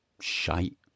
shite